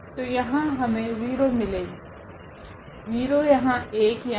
तो यहाँ हमे 0 मिलेगे 0 यहाँ 1 यहाँ